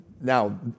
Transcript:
now